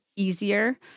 easier